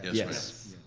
yes,